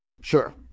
Sure